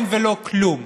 אין ולא כלום.